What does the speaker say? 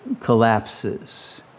collapses